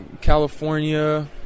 california